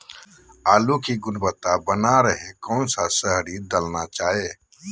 आलू की गुनबता बना रहे रहे कौन सा शहरी दलना चाये?